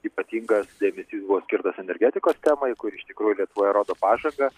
ypatingas dėmesys buvo skirtas energetikos temai kur ir iš tikrųjų lietuvoje rodo pažangą